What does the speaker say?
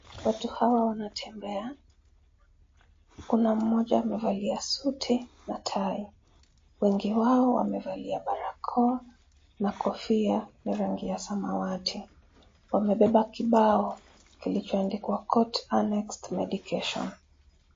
Watu hawa wanatembea kuna mmoja amevalia suti na tai, wengi wao wamevalia barakoa na kofia ya rangi ya samawati, wamebeba kibao kilicho andikwa court anex medication .